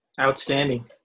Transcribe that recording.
Outstanding